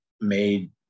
made